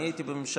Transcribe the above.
אני הייתי בממשלה,